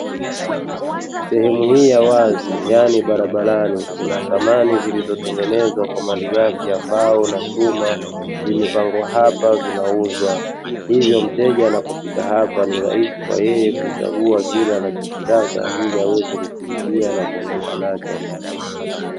Sehemu hii ya wazi yaani barabarani kuna samani zimetengenezwa kwa malighafi ya mbao na chuma, vimepangwa hapa vinauzwa hivyo mteja anapofika hapa ni rahisi kwa yeye kuchagua anacho kitaka ili aweze kukilipia na kuondoka nacho.